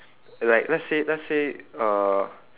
like let's say let's say uh